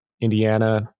Indiana